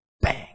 Bang